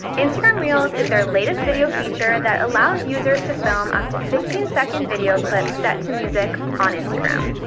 instagram reels is their latest video feature that allows users to film up to fifteen second video clip set to music on instagram.